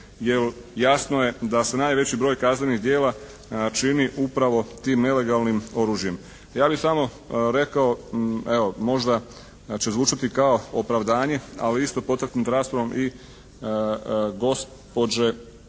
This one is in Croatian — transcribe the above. jer jasno je da se najveći broj kaznenih djela čini upravo tim nelegalnim oružjem. Ja bih samo rekao evo možda će zvučati kao opravdanje, ali isto potaknut raspravom i gost